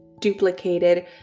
duplicated